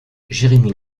jérémie